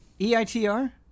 E-I-T-R